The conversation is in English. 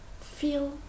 feel